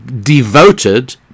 devoted